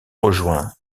rejoint